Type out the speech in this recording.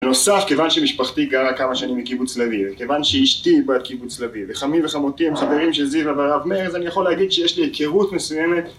בנוסף, כיוון שמשפחתי גרה כמה שנים בקיבוץ לביא, וכיוון שאשתי היא בת קיבוץ לביא, וחמי וחמותי הם חברים של זיוה והרב מאיר, אני יכול להגיד שיש לי היכרות מסוימת